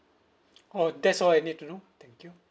orh that's all I need to know thank you